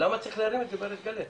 אבל למה צריך להרים את זה בריש גלי.